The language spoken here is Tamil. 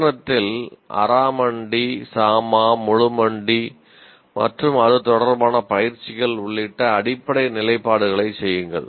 நடனத்தில் அராமண்டி மற்றும் அது தொடர்பான பயிற்சிகள் உள்ளிட்ட அடிப்படை நிலைப்பாடுகளைச் செய்யுங்கள்